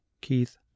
Keith